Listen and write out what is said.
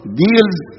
deals